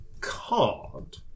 card